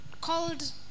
called